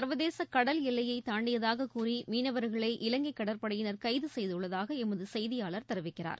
சர்வதேச கடல் எல்லையை தாண்டியதாக கூறி மீனவர்களை இலங்கை கடற்படையினர் கைது செய்துள்ளதாக எமது செய்தியாளர் தெரிவிக்கிறார்